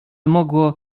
mogło